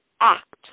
act